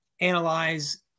analyze